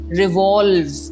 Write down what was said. revolve